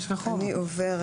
אני עוברת